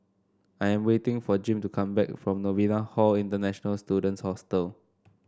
I am waiting for Jim to come back from Novena Hall International Students Hostel